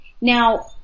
Now